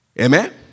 Amen